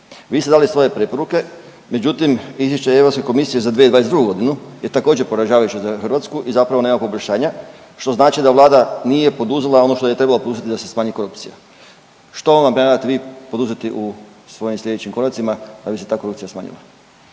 Vi ste dali svoje preporuke, međutim izvješće Europske komisije za 2022.g. je također poražavajuće za Hrvatsku i zapravo nema poboljšanja što znači da Vlada nije poduzela ono što je trebala poduzeti da se smanji korupcija. Što namjeravate vi poduzeti u svojim sljedećim koracima da bi se ta korupcija smanjila?